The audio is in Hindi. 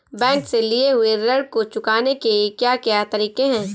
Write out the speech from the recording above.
बैंक से लिए हुए ऋण को चुकाने के क्या क्या तरीके हैं?